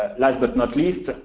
ah last but not least,